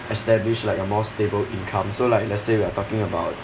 establish like a more stable income so like let's say we are talking about